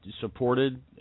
supported